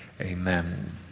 amen